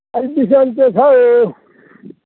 अलि बिसन्चो छ हौ